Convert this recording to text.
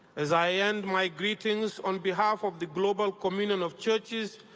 as i end my greetings on behalf of the global communion of churches,